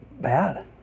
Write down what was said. bad